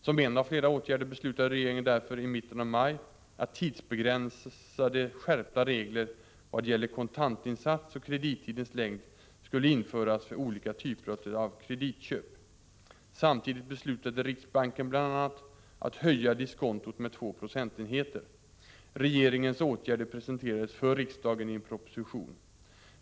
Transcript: Som en av flera åtgärder beslutade regeringen därför i mitten av maj att tidsbegränsade, skärpta regler vad gäller kontantinsats och kredittidens längd skulle införas för olika typer av kreditköp. Samtidigt beslutade riksbanken bl.a. att höja diskontot med 2 procentenheter. Regeringens åtgärder presenterades för riksdagen i en proposition .